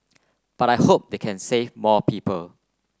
but I hope they can save more people